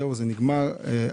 זה נגמר?